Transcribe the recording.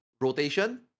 rotation